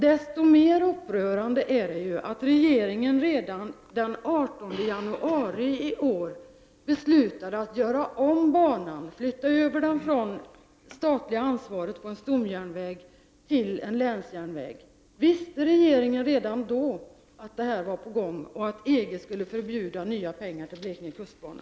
Desto mera upprörande är det att regeringen redan den 18 januari i år beslutat att göra om banan, dvs. flytta över det statliga ansvaret från en stomjärnväg till en länsjärnväg. Visste regeringen redan då att detta var på gång och att EG skulle förbjuda nya pengar till Blekinge kustbana?